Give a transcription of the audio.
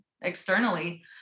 externally